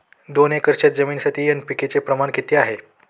दोन एकर शेतजमिनीसाठी एन.पी.के चे प्रमाण किती आहे?